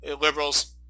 liberals